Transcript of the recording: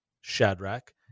Shadrach